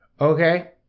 Okay